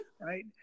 right